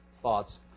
thoughts